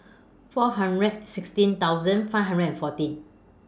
four hundred sixteen thousand five hundred and fourteen